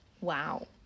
Wow